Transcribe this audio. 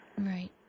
Right